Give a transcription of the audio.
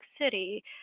City